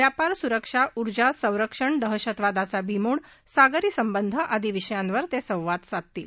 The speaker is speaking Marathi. व्यापार सुरक्षा ऊर्जा संरक्षण दहशतवादाचा बीमोड सागरी संबंध आदी विषयांवर तसिवाद साधतील